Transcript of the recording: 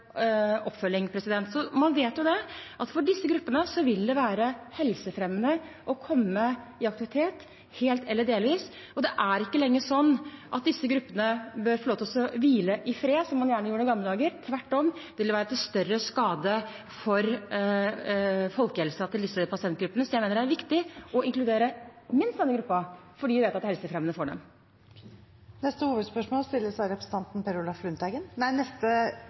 oppfølging. Man vet at for disse gruppene vil det være helsefremmende å komme i aktivitet, helt eller delvis. Det er ikke lenger sånn at disse gruppene bør få lov til å hvile i fred, som man gjerne gjorde i gamle dager. Tvert om vil det være til større skade for helsen til disse pasientgruppene. Så jeg mener det er viktig å inkludere ikke minst denne gruppen, fordi vi vet at det er helsefremmende for dem.